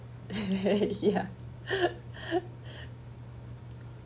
ya